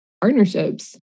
partnerships